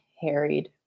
harried